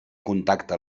contacte